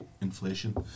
inflation